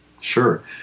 Sure